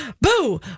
boo